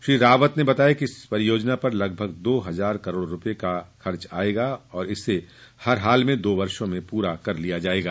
श्री रावत ने बताया कि इस परियोजना पर लगभग दो हजार करोड़ रुपए का खर्चा आएगा और इसे हरहाल में दो वर्षो में पूरा कर लिया जाएगा